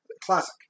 Classic